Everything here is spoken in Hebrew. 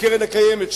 שקרן קיימת,